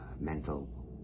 mental